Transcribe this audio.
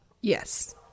Yes